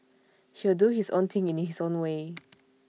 he'll do his own thing in his own way